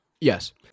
Yes